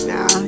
Now